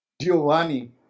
Giovanni